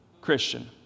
Christian